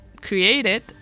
created